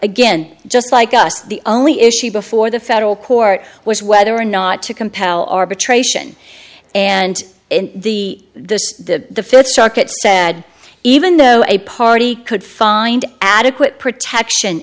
again just like us the only issue before the federal court was whether or not to compel arbitration and in the this the docket said even though a party could find adequate protection